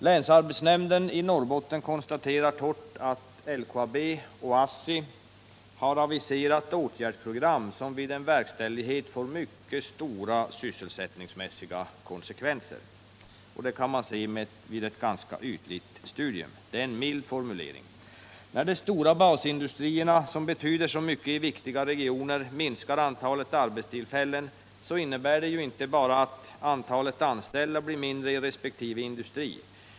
Länsarbetsnämnden i Norrbotten konstaterar torrt att LKABoch ASSI har aviserat åtgärdsprogram, som vid verkställighet får mycket stora sysselsättningsmässiga konsekvenser. Det kan man se vid ett ganska ytligt studium. Detta är en mycket mild formulering. När de stora basindustrierna, som betyder så mycket i viktiga regioner, minskar antalet arbetstillfällen innebär det inte bara att antalet anställda blir mindre i resp. industri.